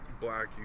black